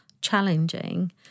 challenging